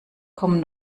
kommen